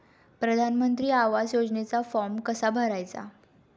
प्रधानमंत्री आवास योजनेचा फॉर्म कसा भरायचा?